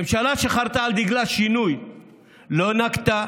ממשלה שחרתה על דגלה שינוי לא נקטה